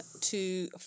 two